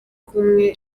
kumwe